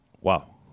Wow